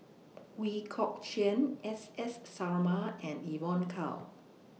Ooi Kok Chuen S S Sarma and Evon Kow